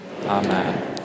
Amen